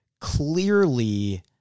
clearly